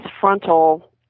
frontal